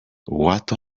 what